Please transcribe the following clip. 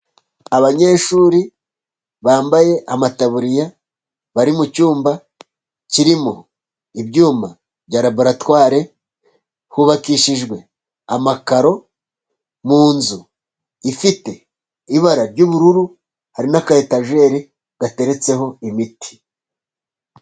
Abanyeshuri bambaye amataburiya bari mu cyumba kirimo ibyuma bya laboratware, hubakishijwe amakaro mu nzu ifite ibara ry'ubururu, hari n'akayetajeri gateretseho imiti.